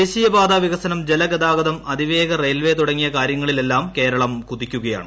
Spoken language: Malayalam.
ദേശീയപ്പാതി വികസനം ജലഗതാഗതം അതിവേഗ റെയിൽവേ തുടങ്ങിയ കാർ്യങ്ങളിലെല്ലാം കേരളം കുതിക്കുകയാണ്